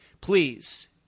Please